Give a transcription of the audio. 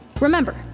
Remember